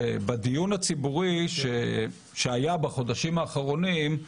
שבדיון הציבורי שהיה בחודשים האחרונים,